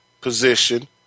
position